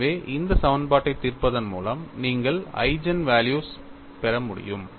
எனவே இந்த சமன்பாட்டைத் தீர்ப்பதன் மூலம் நீங்கள் ஈஜென்வல்யூக்களைப் பெற முடியும்